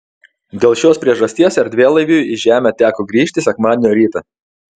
dėl šios priežasties erdvėlaiviui į žemę teko grįžti sekmadienio rytą